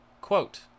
Quote